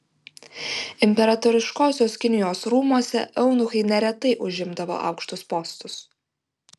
imperatoriškosios kinijos rūmuose eunuchai neretai užimdavo aukštus postus